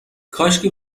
کاشکی